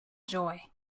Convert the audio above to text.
joy